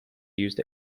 used